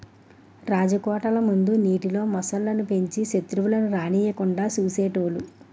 రాజకోటల ముందు నీటిలో మొసళ్ళు ను పెంచి సెత్రువులను రానివ్వకుండా చూసేటోలు